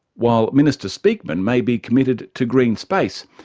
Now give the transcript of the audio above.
while minister speakman may be committed to green space,